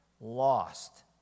Lost